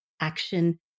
action